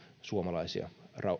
suomalaisia